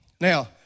Now